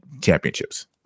championships